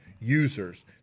users